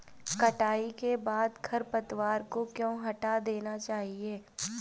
कटाई के बाद खरपतवार को क्यो हटा देना चाहिए?